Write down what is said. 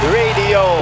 radio